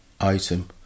item